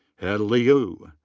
and liu.